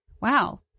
Wow